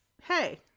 hey